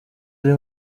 ari